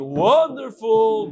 wonderful